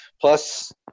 plus